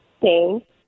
Thanks